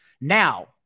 Now